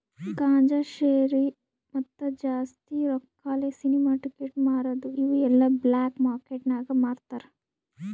ಗಾಂಜಾ, ಶೇರಿ, ಮತ್ತ ಜಾಸ್ತಿ ರೊಕ್ಕಾಲೆ ಸಿನಿಮಾ ಟಿಕೆಟ್ ಮಾರದು ಇವು ಎಲ್ಲಾ ಬ್ಲ್ಯಾಕ್ ಮಾರ್ಕೇಟ್ ನಾಗ್ ಮಾರ್ತಾರ್